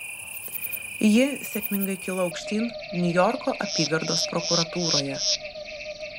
ji sėkmingai kilo aukštyn niujorko apygardos prokuratūroje